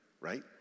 right